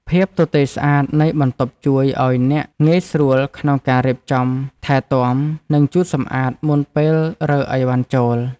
ភាពទទេរស្អាតនៃបន្ទប់ជួយឱ្យលោកអ្នកងាយស្រួលក្នុងការរៀបចំថែទាំនិងជូតសម្អាតមុនពេលរើអីវ៉ាន់ចូល។